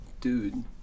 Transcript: dude